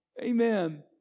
Amen